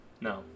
No